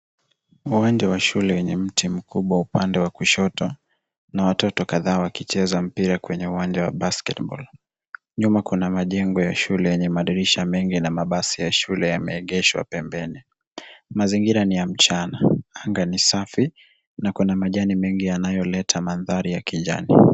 Uwanja wa shule wenye mti mkubwa, upande wa kushoto, na watoto kadhaa wakicheza mpira kwenye uwanja wa basketball . Nyuma kuna majengo ya shule yenye madirisha mengi, na mabasi ya shule yameegeshwa pembeni. Mazingira ni ya mchana, anga ni safi, na kuna majani mengi yanayoleta mandhari ya kijani.